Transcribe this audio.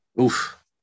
Oof